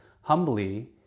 humbly